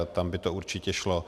Tam by to určitě šlo.